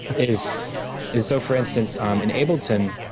is is so, for instance, um in ableton,